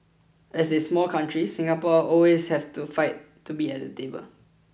as a small country Singapore always has to fight to be at the table